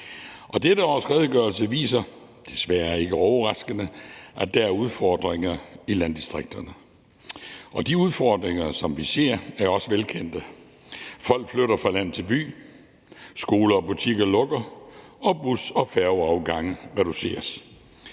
Dette års redegørelse viser, desværre ikke overraskende, at der er udfordringer i landdistrikterne. Og de udfordringer, som vi ser, er også velkendte: Folk flytter fra land til by, skoler og butikker lukker, og bus- og færgeafgange reduceres.